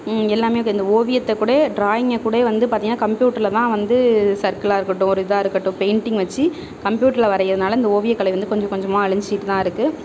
எல்லாமே இந்த ஓவியத்தை கூட டிராயிங்கை கூட வந்து பார்த்திங்ன்னா கம்ப்யூட்டரில் தான் வந்து சர்க்குலாக இருக்கட்டும் ஒரு இதாக இருக்கட்டும் பெயிண்ட்டிங் வச்சு கம்பியூட்டரில் வரைகிறதுனால இந்த ஓவிய கலை வந்து கொஞ்சம் கொஞ்சமாக அழிஞ்சுட்டு தான் இருக்குது